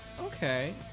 okay